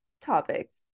topics